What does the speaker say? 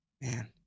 Man